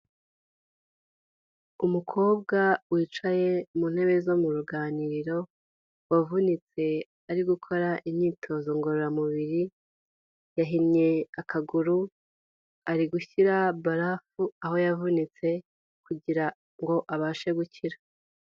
Umukobwa wicaye mu ntebe zo mu ruganiriro wavunitse ari gukora imyitozo ngororamubiri, yahinnye akaguru ari gushyira barafu aho yavunitse kugira ngo abashe gukira.